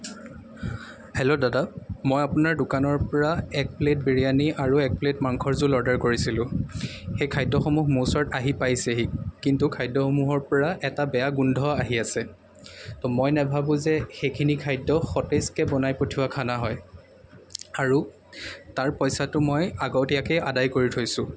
hello দাদা মই আপোনাৰ দোকানৰ পৰা এক প্লে'ট বিৰিয়ানী আৰু এক প্লে'ট মাংসৰ জোল অৰ্ডাৰ কৰিছিলোঁ সেই খাদ্যসমূহ মোৰ ওচৰত আহি পাইছেহি কিন্তু খাদ্যসমূহৰ পৰা এটা বেয়া গোন্ধ আহি আছে ত' মই নাভাবোঁ যে সেইখিনি খাদ্য সতেজকৈ বনাই পঠিওৱা খানা হয় আৰু তাৰ পইচাটো মই আগতীয়াকৈ আদায় কৰি থৈছোঁ